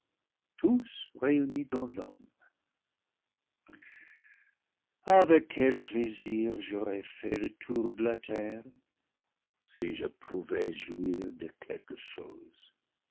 tous réunis dans l'homme avec quel plaisir j'aurais fait le tour de la terre si je pou vais jouir de quelque chose